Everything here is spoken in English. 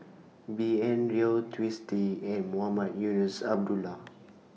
B N Rao Twisstii and Mohamed Eunos Abdullah